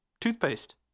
toothpaste